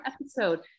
episode